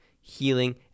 healing